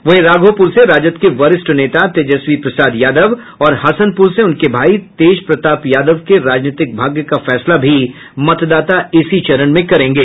वहीं राघोपुर से राजद के वरिष्ठ नेता तेजस्वी प्रसाद यादव और हसनपुर से उनके भाई तेज प्रताप यादव के राजनीतिक भाग्य का फैसला भी मतदाता इसी चरण में करेंगे